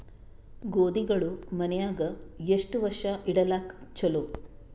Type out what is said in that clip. ಗೋಧಿಗಳು ಮನ್ಯಾಗ ಎಷ್ಟು ವರ್ಷ ಇಡಲಾಕ ಚಲೋ?